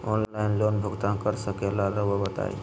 Online loan भुगतान कर सकेला राउआ बताई?